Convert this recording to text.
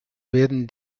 werden